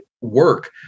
work